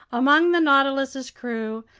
among the nautilus's crew,